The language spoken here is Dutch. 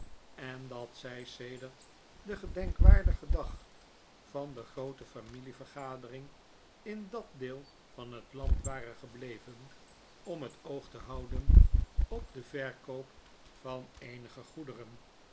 en dat zij sedert den gedenkwaardigen dag van de groote familievergadering in dat deel van het land waren gebleven om het oog te houden op den verkoop van eenige goederen